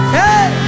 hey